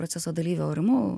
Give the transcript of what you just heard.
proceso dalyvio orumu